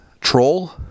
troll